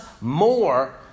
more